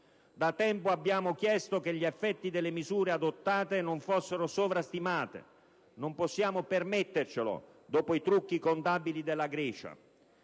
Da tempo abbiamo chiesto che gli effetti delle misure adottate non fossero sovrastimati: non possiamo permettercelo dopo i trucchi contabili della Grecia.